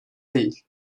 değil